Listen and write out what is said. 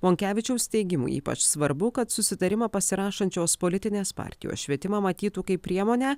monkevičiaus teigimu ypač svarbu kad susitarimą pasirašančios politinės partijos švietimą matytų kaip priemonę